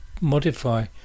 modify